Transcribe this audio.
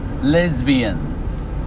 lesbians